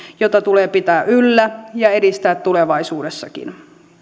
jota tulee pitää yllä ja edistää tulevaisuudessakin